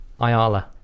Ayala